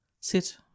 sit